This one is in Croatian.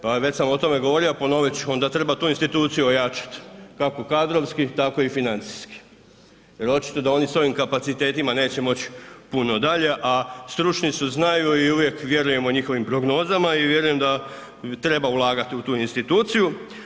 Pa već sam o tome govorio, a ponovit ću onda treba tu instituciju ojačati kako kadrovski tako i financijski jer očito da oni svojim kapacitetima neće moć puno dalje, a stručni su znaju i uvijek vjerujemo njihovim prognozama i vjerujem da treba ulagati u tu instituciju.